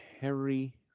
Harry